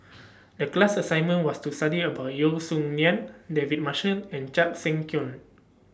The class assignment was to study about Yeo Song Nian David Marshall and Chan Sek Keong